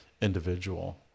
individual